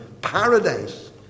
paradise